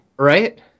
Right